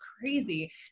crazy